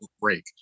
break